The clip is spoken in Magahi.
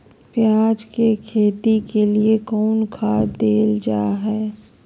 प्याज के खेती के लिए कौन खाद देल जा हाय?